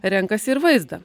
renkasi ir vaizdą